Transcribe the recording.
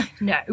no